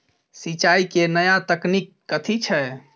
सिंचाई केँ नया तकनीक कथी छै?